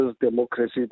democracy